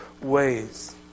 ways